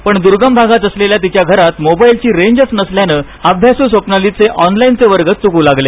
पण दूर्गम भागात असलेल्या तिच्या घरात मोबाईलची रेंजच नसल्यान अभ्यासू स्वप्नालीचे ऑनलाईन वर्ग चुकू लागले